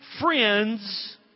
friends